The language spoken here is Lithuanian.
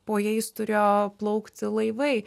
po jais turėjo plaukti laivai